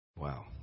wow